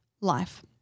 life